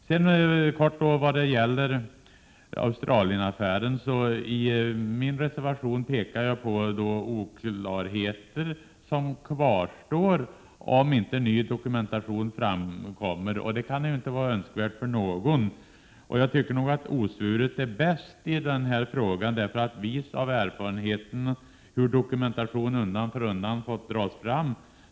Så helt kort om Australienaffären: I min reservation pekar jag på oklarheter som kvarstår såvida inte ny dokumentation framkommer, och det kan ju inte vara önskvärt för någon. Vis av erfarenheten om hur dokumentation undan för undan har fått dras fram tycker jag nog att osvuret är bäst i denna fråga.